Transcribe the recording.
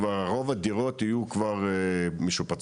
כבר רוב הדירות יהיו כבר משופצות,